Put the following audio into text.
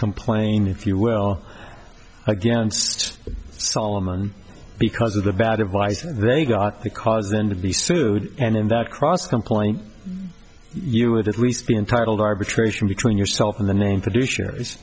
complain if you will against solomon because of the bad advice they got because then to be sued and in that cross complaint you would at least be entitled arbitration between yourself and the name